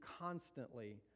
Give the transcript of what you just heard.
constantly